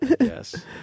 Yes